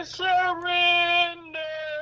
surrender